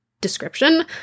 description